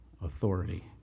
authority